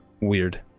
weird